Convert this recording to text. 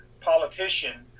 politician